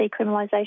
decriminalisation